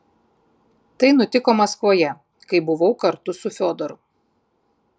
tai nutiko maskvoje kai buvau kartu su fiodoru